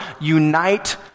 unite